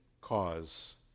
cause